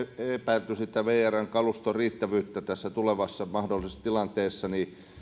epäilty vrn kaluston riittävyyttä tässä tulevassa mahdollisessa tilanteessa niin